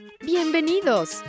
Bienvenidos